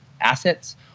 assets